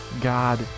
god